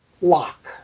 lock